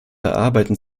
erarbeiten